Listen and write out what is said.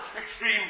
Extreme